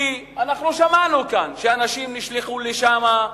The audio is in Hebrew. כי אנחנו שמענו כאן שאנשים נשלחו לשם,